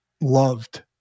loved